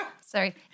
sorry